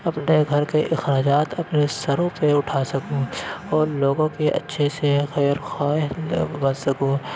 اپنے گھر کے اخراجات اپنے سروں پہ اٹھا سکوں اور لوگوں کی اچھے سے خیر خواہ بن سکوں